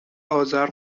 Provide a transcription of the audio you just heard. آذر